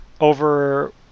over